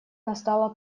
настала